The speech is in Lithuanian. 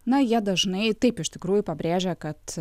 na jie dažnai taip iš tikrųjų pabrėžia kad